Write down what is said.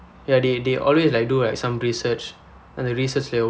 ya they they always like do some research அந்த:andtha research